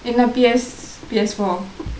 என்ன:enna P_S P_S four